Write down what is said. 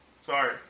Sorry